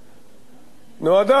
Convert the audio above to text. נועדה להראות להם,